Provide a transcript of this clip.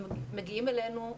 הם מגיעים אלינו,